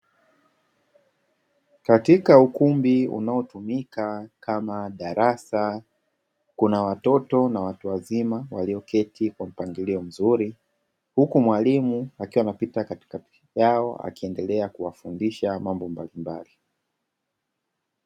Katika ukumbi unaotumika kama darasa; kuna watoto na watu wazima walioketikwa mpangilio mzuri, huku mwalimu akiwa anapita katikati yao akiendelea kuwafundisha mambo mbalimbali.